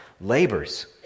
labors